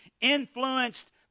influenced